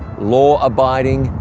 law-abiding,